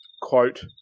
quote